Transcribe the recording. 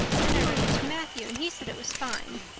then i read it to matthew and he said it was fine.